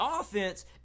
offense